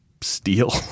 steal